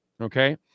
Okay